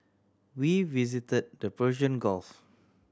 we visit the Persian Gulf